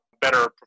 better